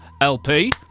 LP